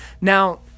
Now